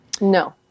No